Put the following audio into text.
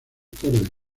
tarde